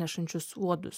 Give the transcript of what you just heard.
nešančius uodus